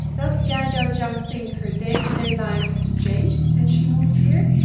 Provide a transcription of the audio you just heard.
does xiaojia zhang think her day to day life has changed since she moved here,